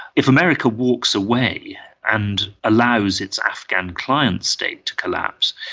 if america walks away and allows its afghan client state to collapse,